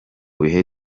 bihe